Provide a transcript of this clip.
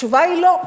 התשובה היא: לא,